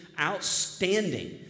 outstanding